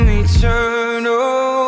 eternal